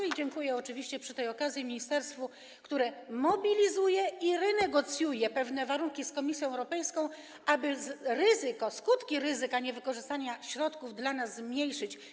I dziękuję oczywiście przy tej okazji ministerstwu, które mobilizuje i które renegocjuje pewne warunki z Komisją Europejską, aby skutki ryzyka niewykorzystania środków dla nas ograniczyć.